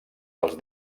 dels